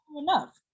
Enough